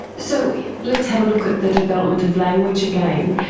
so let's have a look at the development of language again.